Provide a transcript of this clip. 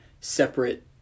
separate